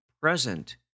present